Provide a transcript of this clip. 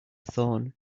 thorn